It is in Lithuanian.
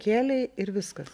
kėlei ir viskas